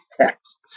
texts